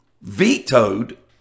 vetoed